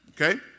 Okay